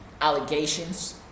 allegations